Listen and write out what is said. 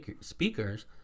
speakers